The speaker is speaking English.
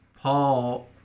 Paul